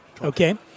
okay